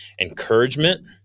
encouragement